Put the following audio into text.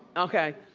okay.